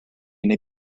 neu